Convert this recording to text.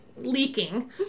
leaking